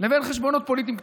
לבין חשבונות פוליטיים קטנים.